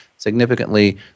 significantly